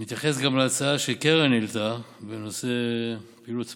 נתייחס גם להצעה שקרן העלתה בנושא פעילות ספורט.